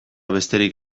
besterik